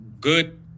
Good